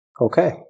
Okay